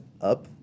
up